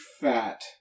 fat